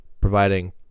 providing